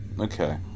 Okay